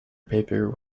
paper